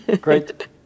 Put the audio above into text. Great